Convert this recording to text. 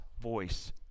voice